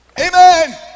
amen